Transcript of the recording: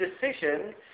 decision